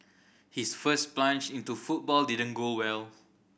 his first plunge into football didn't go well